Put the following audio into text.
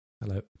Hello